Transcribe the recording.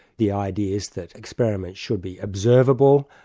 the ideas that experiments should be observable,